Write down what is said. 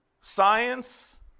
science